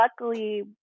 luckily